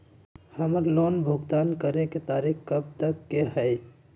हमार लोन भुगतान करे के तारीख कब तक के हई?